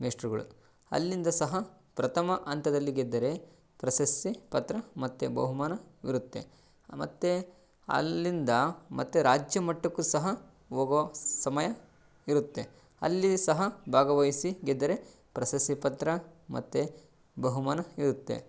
ಮೇಷ್ಟ್ರುಗಳು ಅಲ್ಲಿಂದ ಸಹ ಪ್ರಥಮ ಹಂತದಲ್ಲಿ ಗೆದ್ದರೆ ಪ್ರಶಸ್ತಿ ಪತ್ರ ಮತ್ತು ಬಹುಮಾನವಿರುತ್ತೆ ಮತ್ತು ಅಲ್ಲಿಂದ ಮತ್ತೆ ರಾಜ್ಯಮಟ್ಟಕ್ಕೂ ಸಹ ಹೋಗುವ ಸಮಯ ಇರುತ್ತೆ ಅಲ್ಲಿ ಸಹ ಭಾಗವಹಿಸಿ ಗೆದ್ದರೆ ಪ್ರಶಸ್ತಿ ಪತ್ರ ಮತ್ತು ಬಹುಮಾನ ಇರುತ್ತೆ